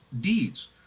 deeds